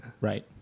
Right